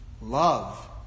Love